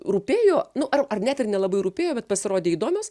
rūpėjo nu ar ar net ir nelabai rūpėjo bet pasirodė įdomios